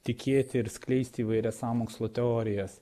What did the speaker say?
tikėti ir skleisti įvairias sąmokslo teorijas